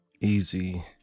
easy